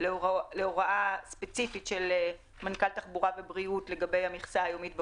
להוראה ספציפית של מנכ"ל תחבורה ובריאות לגבי המכסה היומית בפועל,